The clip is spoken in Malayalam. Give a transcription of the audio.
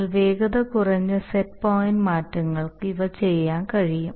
എന്നാൽ വേഗത കുറഞ്ഞ സെറ്റ് പോയിൻറ് മാറ്റങ്ങൾക്ക് ഇവ ചെയ്യാൻ കഴിയും